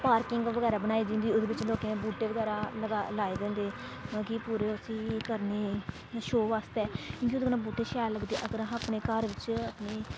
parking बगैरा बनाई दी होंदी ओह्दे बिच्च लोकें बूह्टे बगैरा लगाए लाए दे होंदे मतलब कि पूरे उस्सी करने शो बास्तै क्योंकि ओह्दे कन्नै बूह्टे शैल लगदे अगर असें अपने घर बिच्च अपनी